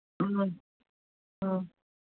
ꯎꯝ ꯑ